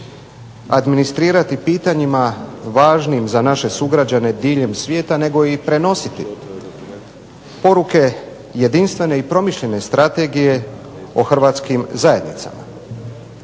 administrirati pitanjima važnim za naše sugrađane diljem svijeta, nego i prenositi poruke jedinstvene i promišljene strategije o hrvatskim zajednicama.